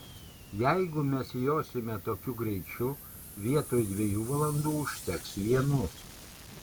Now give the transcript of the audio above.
jeigu mes josime tokiu greičiu vietoj dviejų valandų užteks vienos